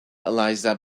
eliza